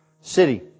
city